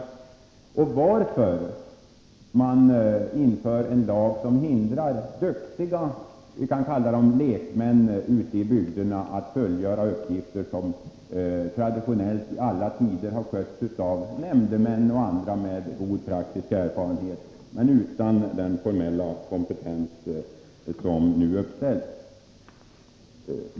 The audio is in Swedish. Dessutom frågade jag varför man inför en lag som hindrar duktiga ”lekmän” ute i bygderna att fullgöra uppgifter som traditionellt och i alla tider har skötts av nämndemän och andra med god praktisk erfarenhet men utan den formella kompetens som nu uppställs som ett krav.